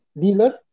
dealer